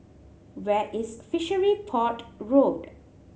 where is Fishery Port Road